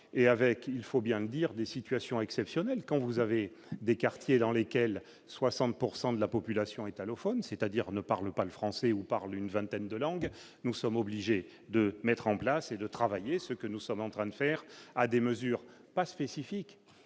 et avec, il faut bien dire des situations exceptionnelles, quand vous avez des quartiers dans lesquels 60 pourcent de de la population est allophone, c'est-à-dire ne parlent pas le français, ou par l'une vingtaine de langues, nous sommes obligés de mettre en place et de travailler, ce que nous sommes en train de faire à des mesures pas spécifiques,